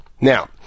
Now